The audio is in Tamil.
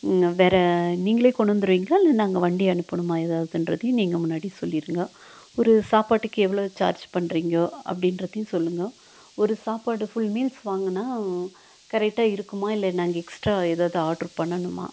வேற நீங்களே கொண்டு வந்துடுவீங்களா இல்லை நாங்கள் வண்டி அனுப்பணுமா ஏதாவதுன்றதையும் நீங்கள் முன்னாடி சொல்லிடுங்க ஒரு சாப்பாட்டுக்கு எவ்வளோ சார்ஜ் பண்ணுறிங்கோ அப்படின்றதையும் சொல்லுங்க ஒரு சாப்பாடு ஃபுல் மீல்ஸ் வாங்கினா கரெக்டாக இருக்குமா இல்லை நாங்கள் எக்ஸ்ட்ரா ஏதாவது ஆர்டர் பண்ணணுமா